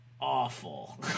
Awful